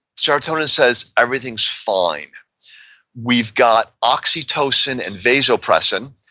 serotonin says everything is fine we've got oxytocin and vasopressin,